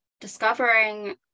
discovering